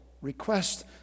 request